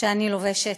שאני לובשת.